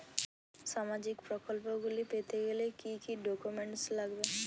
সামাজিক প্রকল্পগুলি পেতে গেলে কি কি ডকুমেন্টস লাগবে?